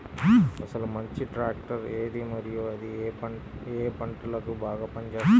అసలు మంచి ట్రాక్టర్ ఏది మరియు అది ఏ ఏ పంటలకు బాగా పని చేస్తుంది?